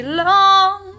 long